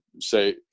say –